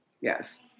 Yes